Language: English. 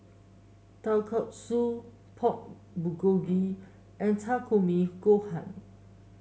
Kalguksu Pork Bulgogi and Takikomi Gohan